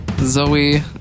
Zoe